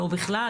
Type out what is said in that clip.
או בכלל,